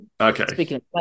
Okay